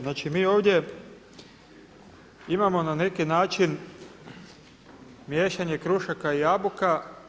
Znači mi ovdje imamo na neki način miješanje krušaka i jabuka.